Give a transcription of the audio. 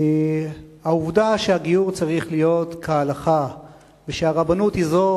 העובדה שהגיור צריך להיות כהלכה ושהרבנות היא זו